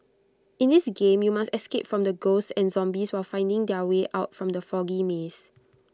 in this game you must escape from the ghosts and zombies while finding their way out from the foggy maze